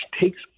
takes